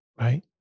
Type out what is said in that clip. right